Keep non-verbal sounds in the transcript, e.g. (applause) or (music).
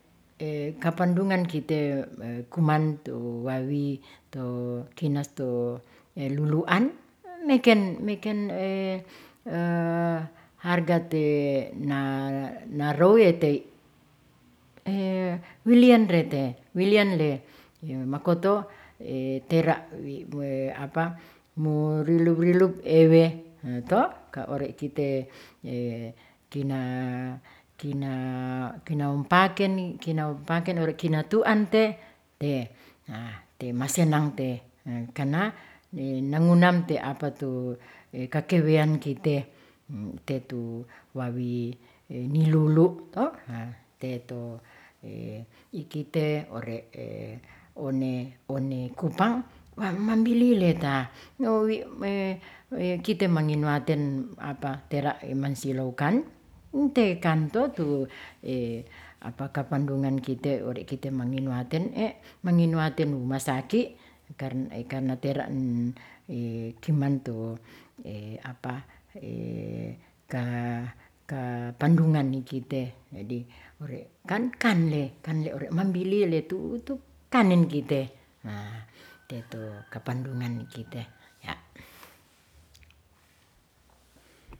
(hesitation) kapandungan kite kuman tu wawi to kinos tu luluan meken (hesitation) harga te na narow wetey (hesitation) wilian rete, wilian le makoto tera (hesitation) morilub rilub ewe, hee to ka ore' kite (hesitation) kina mopakene wore' kinantuan te, te temasenang te karna nangunam te kakewean kite. te tu wa wi nilulu to haa te to ikite ore' one one kupang mambilile ta no wi kite manginuaten tera' mansilokan nte kan to tu, kapandungan kite ore' kita manginuaten (hesitation) manginuaten ruma saki i karna tera kiman tu (hesitation) kapandungan ni kite jadi ore' kan, kan le ore' mambili letuu' tu kanen kite teto kapandungan kite yak.